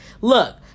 Look